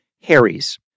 Harry's